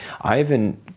Ivan